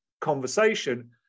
conversation